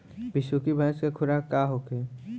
बिसुखी भैंस के खुराक का होखे?